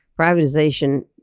Privatization